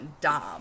dom